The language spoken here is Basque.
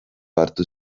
hartu